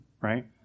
right